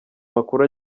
makuru